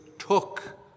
took